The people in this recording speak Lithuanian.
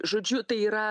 žodžiu tai yra